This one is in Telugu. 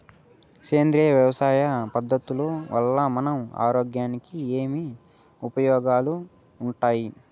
సేంద్రియ వ్యవసాయం పద్ధతుల వల్ల మన ఆరోగ్యానికి ఏమి ఉపయోగాలు వుండాయి?